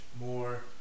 more